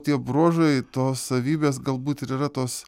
tie bruožai tos savybės galbūt ir yra tos